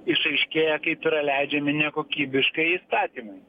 išaiškėja kaip yra leidžiami nekokybiškai įstatymai